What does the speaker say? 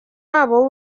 wabo